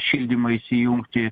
šildymą įsijungti